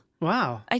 Wow